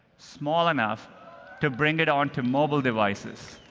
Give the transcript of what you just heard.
small enough to bring it onto mobile devices.